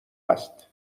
است